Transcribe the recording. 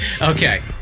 Okay